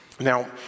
Now